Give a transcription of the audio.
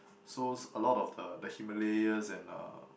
so a lot of the the Himalayas and uh